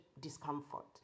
discomfort